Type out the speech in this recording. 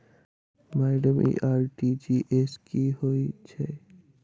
Madam इ RTGS की होइ छैय?